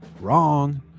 wrong